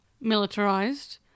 militarized